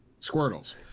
Squirtles